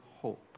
hope